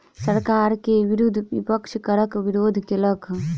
सरकार के विरुद्ध विपक्ष करक विरोध केलक